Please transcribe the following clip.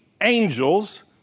angels